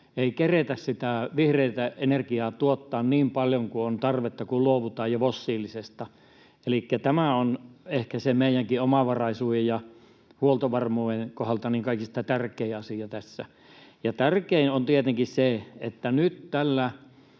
sitä vihreätä energiaa tuottaa niin paljon kuin on tarvetta, kun luovutaan jo fossiilisesta. Elikkä tämä on ehkä se meidänkin omavaraisuuden ja huoltovarmuuden kohdalla kaikista tärkein asia tässä. Ja tärkein on tietenkin se, että nyt tällä